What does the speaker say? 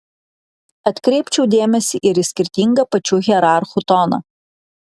atkreipčiau dėmesį ir į skirtingą pačių hierarchų toną